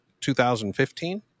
2015